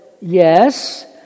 yes